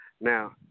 Now